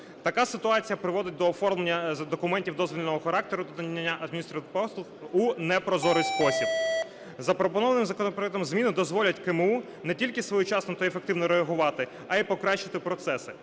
Така ситуація приводить до оформлення документів дозвільного характеру та надання адміністративних послуг у непрозорий спосіб. Запропоновані законопроектом зміни дозволять КМУ не тільки своєчасно та ефективно реагувати, а й покращити процеси.